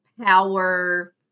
power